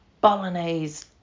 bolognese